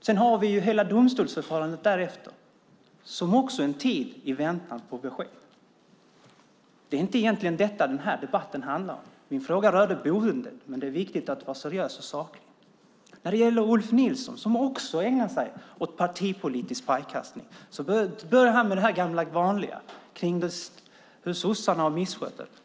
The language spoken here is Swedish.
Sedan har vi hela domstolsförfarandet därefter, som också är en tid i väntan på besked. Det är egentligen inte det denna debatt handlar om - min fråga rörde boendet - men det är viktigt att vara seriös och saklig. Ulf Nilsson, som också ägnar sig åt partipolitisk pajkastning, börjar med det gamla vanliga om hur sossarna har misskött detta.